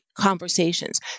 conversations